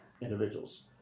individuals